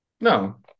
No